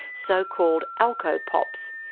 so-called alcopops.